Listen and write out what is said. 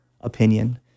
opinion